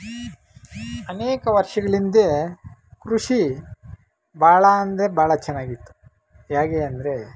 ಅನೇಕ ವರ್ಷಗಳಿಂದೆ ಕೃಷಿ ಭಾಳ ಅಂದರೆ ಭಾಳ ಚೆನ್ನಾಗಿತ್ತು ಹೇಗೆ ಅಂದರೆ